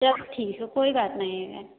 चलो ठीक है कोई बात नहीं है